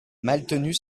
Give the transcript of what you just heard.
maltenu